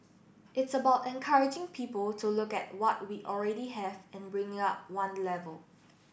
it's about encouraging people to look at what we already have and bringing up one level